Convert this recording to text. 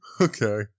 Okay